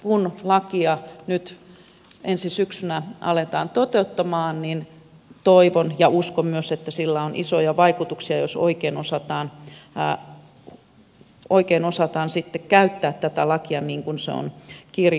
kun lakia nyt ensi syksynä aletaan toteuttamaan niin toivon ja uskon myös että sillä on isoja vaikutuksia jos oikein osataan sitten käyttää tätä lakia niin kuin se on kirjoitettu